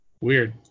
Weird